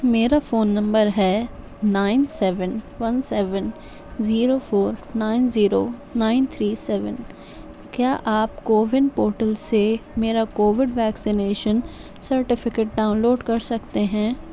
میرا phone number ہے nine seven one seven zero four nine zero nine three seven کیا آپ CoWIN portal سے میرا کووڈ ویکسینیشن سرٹیفکیٹ ڈاؤنلوڈ کر سکتے ہیں